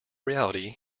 reality